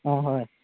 অঁ হয়